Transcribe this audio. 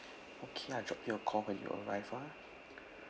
okay I drop you a call when you arrive ah